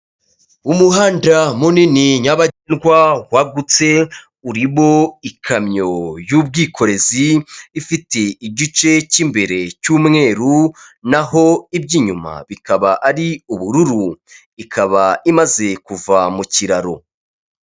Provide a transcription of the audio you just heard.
Umuhanda munini nyabagendwa wagutse; urimo ikamyo y'ubwikorezi; ifite igice cy'imbere cy'umweru naho iby'inyuma bikaba ari ubururu; ikaba imaze kuva mu kiraro.